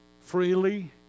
freely